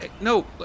No